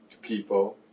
people